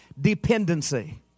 dependency